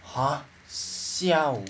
what siao